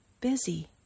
busy